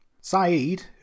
Saeed